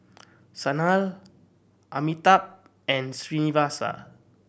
Sanal Amitabh and Srinivasa